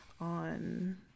on